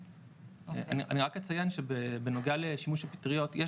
אני רק אציין שבנוגע לשימוש של פטריות יש